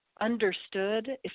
understood